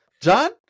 John